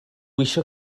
eisiau